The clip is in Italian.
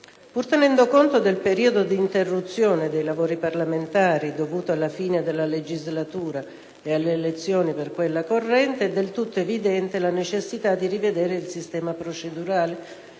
Pur tenendo conto del periodo di interruzione dei lavori parlamentari, dovuto alla fine della legislatura e alle elezioni per quella corrente, è del tutto evidente la necessità di rivedere il sistema procedurale